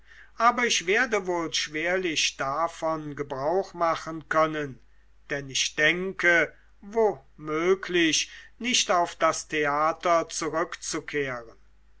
aber ich werde wohl schwerlich davon gebrauch machen können denn ich denke womöglich nicht auf das theater zurückzukehren